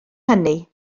hynny